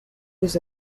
روز